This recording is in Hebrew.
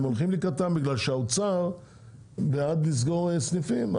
הם הולכים לקראתם בגלל שהאוצר בעד לסגור סניפים.